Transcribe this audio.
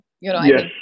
Yes